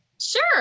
Sure